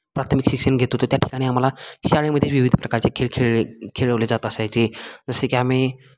प्राथमिक शिक्षण घेत होतो त्या ठिकाणी आम्हाला शाळेमध्ये विविध प्रकारचे खेळ खेळले खेळवले जात असायचे जसे की आम्ही